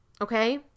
Okay